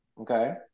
Okay